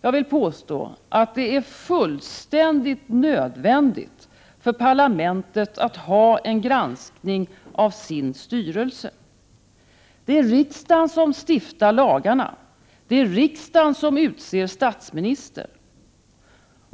Jag vill påstå att det är fullständigt nödvändigt för parlamentet att ha en granskning av sin styrelse. Det är riksdagen som stiftar lagarna. Det är riksdagen som utser statsminister.